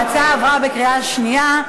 ההצעה עברה בקריאה שנייה.